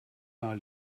mal